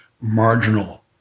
marginal